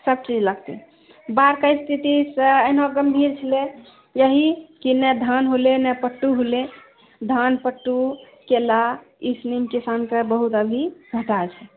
सबचीज लागतै बाढ़के स्थिति तऽ एहिना गंभीर छलै यही कि नहि धान होलै नहि पटु होलै धान पटु केला ई किसानके अभी बहुत घाटा छै